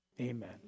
Amen